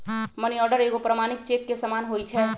money order एगो प्रमाणिक cheque के समान होइ छै